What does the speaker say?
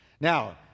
Now